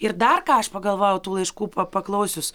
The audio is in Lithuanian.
ir dar ką aš pagalvojau tų laiškų pa paklausius